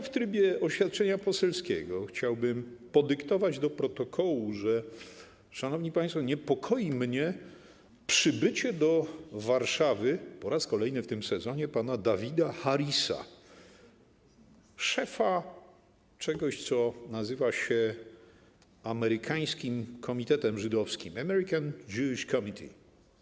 W trybie oświadczenia poselskiego chciałbym podyktować do protokołu, szanowni państwo, że niepokoi mnie przybycie do Warszawy - po raz kolejny w tym sezonie - pana Davida Harrisa, szefa czegoś, co nazywa się Amerykańskim Komitetem Żydowskim - American Jewish Committee.